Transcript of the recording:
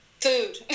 food